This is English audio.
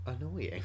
annoying